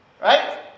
right